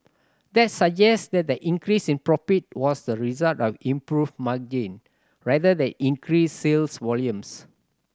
that suggests that the increase in profit was the result of improved margin rather than increased sales volumes